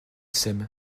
s’aiment